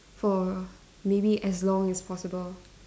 for maybe as long as possible